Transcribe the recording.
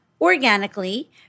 organically